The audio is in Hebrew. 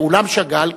באולם שאגאל,